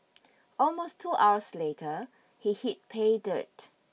almost two hours later he hit pay dirt